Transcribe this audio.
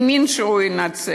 האמין שהוא ינצח.